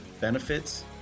benefits